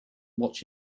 watch